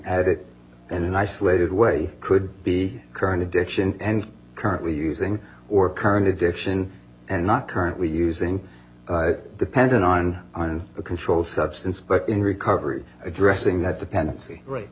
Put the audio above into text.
at it and an isolated way could be current addiction currently using or current addiction and not currently using dependent on on a controlled substance but in recovery addressing that dependency r